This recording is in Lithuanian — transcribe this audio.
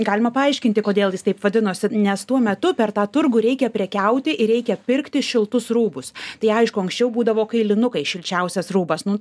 galima paaiškinti kodėl jis taip vadinosi nes tuo metu per tą turgų reikia prekiauti ir reikia pirkti šiltus rūbus tai aišku anksčiau būdavo kailinukai šilčiausias rūbas nu